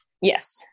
Yes